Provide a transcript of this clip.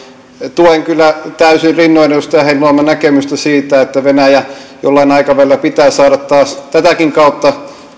tuen kyllä täysin rinnoin edustaja heinäluoman näkemystä siitä että venäjä jollain aikavälillä pitää saada taas tätäkin kautta